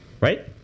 Right